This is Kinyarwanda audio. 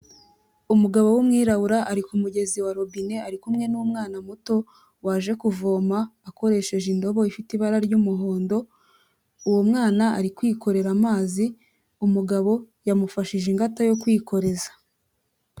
Umugabo w'Umwirabura ari ku mugezi wa robine, ari kumwe n'umwana muto waje kuvoma akoresheje indobo ifite ibara ry'umuhondo. Uwo mwana ari kwikorera amazi umugabo yamufashije ingata yo kwikoreza.